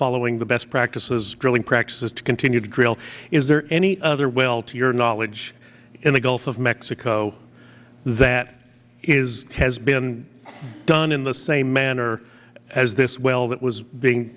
following the best practices drilling practices to continue to drill is there any other well to your knowledge in the gulf of mexico that is has been done in the same manner as this well that was being